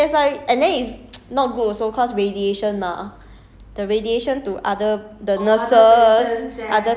for just one one X-ray ya then that's why that's why and then it's not good also cause radiation mah